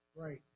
right